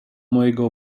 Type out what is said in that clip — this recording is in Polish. mojego